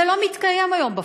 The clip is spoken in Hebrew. זה לא מתקיים היום בפועל.